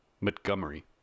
Montgomery